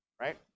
right